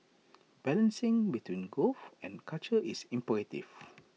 balancing between growth and culture is imperative